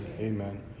Amen